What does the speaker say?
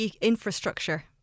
infrastructure